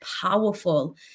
powerful